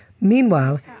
Meanwhile